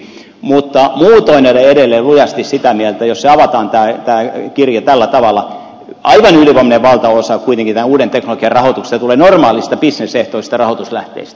mutta muutoin olen edelleen lujasti sitä mieltä jos avataan tämä kirja tällä tavalla että kuitenkin aivan ylivoimainen valtaosa tämän uuden teknologian rahoituksesta tulee normaaleista bisnesehtoisista rahoituslähteistä